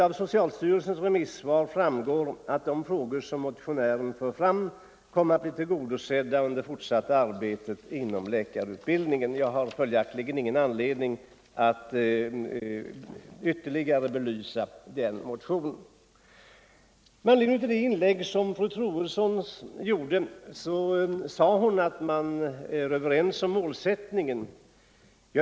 Av socialstyrelsens remissvar framgår att de frågor som motionären för fram kommer att bli behandlade vid det fortsatta utredningsarbetet rörande läkarutbildningen. Jag har följaktligen ingen anledning att ytterligare belysa den motionen. Fru Troedsson underströk i sitt inlägg att man är överens om målsättningen.